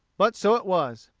but so it was.